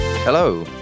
Hello